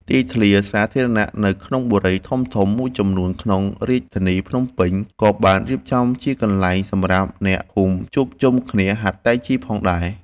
ទីធ្លាសាធារណៈនៅក្នុងបុរីធំៗមួយចំនួនក្នុងរាជធានីភ្នំពេញ ក៏បានរៀបចំជាកន្លែងសម្រាប់អ្នកភូមិជួបជុំគ្នាហាត់តៃជីផងដែរ។